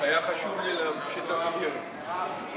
ההצעה להעביר את הצעת חוק שירותי הדת היהודיים (תיקון,